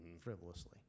frivolously